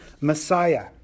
Messiah